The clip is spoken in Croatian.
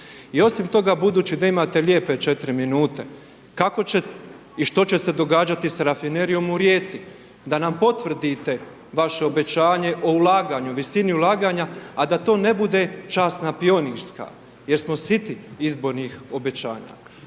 I osim toga, budući da imate lijepe 4 minute, kako će i što će se događati s Rafinerijom u Rijeci, da nam potvrdite vaše obećanje o ulaganju, visini ulaganja, a da to ne bude časna pionirska jer smo siti izbornih obećanja.